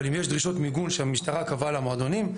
אבל אם יש דרישות מיגון שהמשטרה קבעה למועדונים,